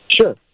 Sure